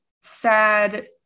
sad